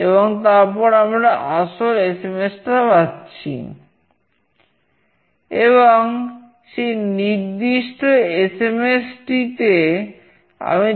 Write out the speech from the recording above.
এবং সেই নির্দিষ্ট এসএমএস আসে